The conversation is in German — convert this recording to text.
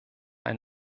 ein